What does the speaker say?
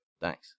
Thanks